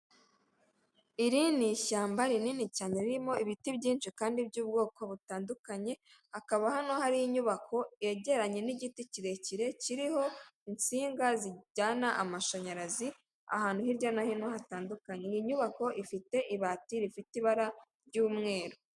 Iri ni ishyamba rinini cyane ririmo ibiti byinshi kandi by'ubwoko butandukanye, hakaba hano hari inyubako yegeranye n'igiti kirekire kiriho insinga zijyana amashanyarazi ahantu hirya no hino hatandukanye, iyi nyubako ifite ibati rifite ibara ry'umweru.